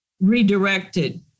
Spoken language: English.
redirected